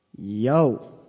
Yo